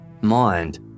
mind